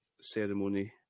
ceremony